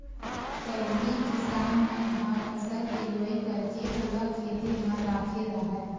पहिली किसान मन ह फसल के लुवई करके ओला खेते म राखे राहय